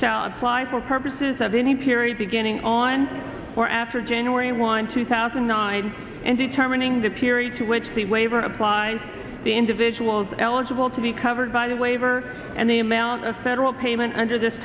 apply for purposes of any period beginning on or after january one two thousand and nine and determining the period to which the waiver applies to individuals eligible to be covered by the waiver and the amount of federal payment under this